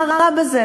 מה רע בזה?